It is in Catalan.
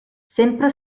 sempre